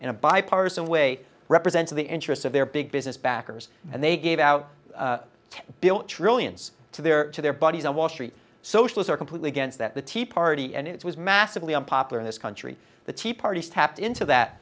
in a bipartisan way represents the interests of their big business backers and they gave out bill trillions to their to their buddies on wall street socialists are completely against that the tea party and it was massively unpopular in this country the tea parties tapped into that